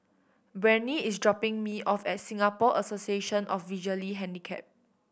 Breanne is dropping me off at Singapore Association of Visually Handicapped